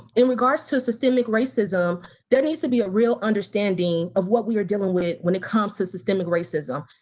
in regards to systemic racism there needs to be a real understanding of what we're dealing with when it comes to systemic racism.